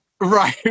right